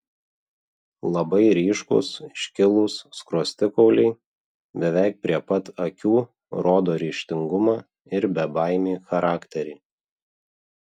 labai ryškūs iškilūs skruostikauliai beveik prie pat akių rodo ryžtingumą ir bebaimį charakterį